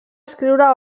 escriure